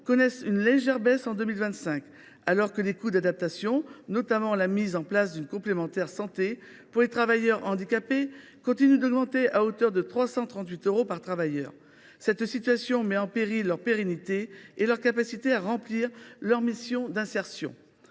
connaissent une légère baisse en 2025, alors que les coûts d’adaptation, notamment la mise en place d’une complémentaire santé pour les travailleurs handicapés, continuent d’augmenter à hauteur de 338 euros par travailleur. Cette situation met en péril la pérennité des Ésat et leur capacité à remplir leur mission d’insertion.